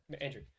Andrew